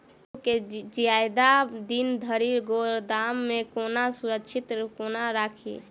आलु केँ जियादा दिन धरि गोदाम मे कोना सुरक्षित कोना राखि?